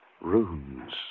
Runes